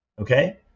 okay